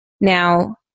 Now